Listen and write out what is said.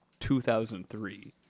2003